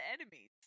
enemies